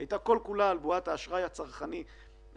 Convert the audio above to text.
היא הייתה כל כולה על בועת האשראי הצרכני הפרטי.